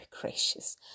gracious